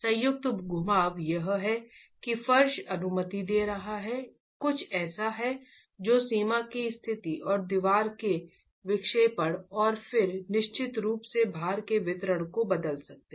संयुक्त घुमाव यह है कि फर्श अनुमति दे रहा है कुछ ऐसा है जो सीमा की स्थिति और दीवार में विक्षेपण और फिर निश्चित रूप से भार के वितरण को बदल सकता है